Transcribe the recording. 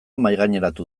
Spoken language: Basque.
mahaigaineratu